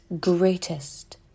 greatest